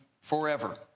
forever